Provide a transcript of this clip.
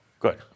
Good